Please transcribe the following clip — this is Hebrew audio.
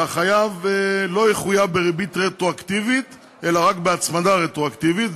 שהחייב לא יחויב בריבית רטרואקטיבית אלא רק בהצמדה רטרואקטיבית,